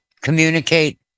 communicate